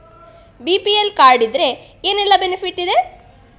BPL card ಇದ್ರೆ ಏನೆಲ್ಲ benefit ಇದೆ?